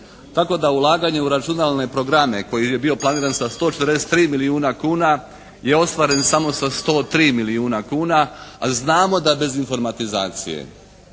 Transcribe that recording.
Tak da ulaganje u računalne programe koji je bio planiran sa 143 milijuna kuna je ostvaren samo sa 103 milijuna kuna, a znamo da bez informatizacije